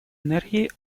энергии